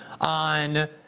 on